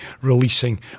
releasing